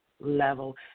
level